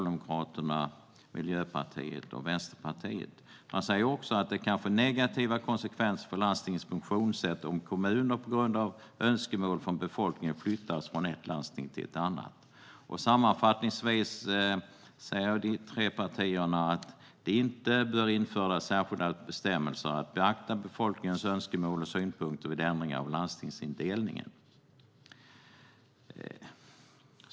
De säger också att det kan få negativa konsekvenser för landstingens funktionssätt om kommuner på grund av önskemål från befolkningen flyttas från ett landsting till ett annat. Sammanfattningsvis säger de tre partierna att det inte bör införas särskilda bestämmelser om att beakta befolkningens önskemål och synpunkter vid ändringar av landstingsindelningen.